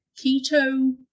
keto